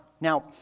Now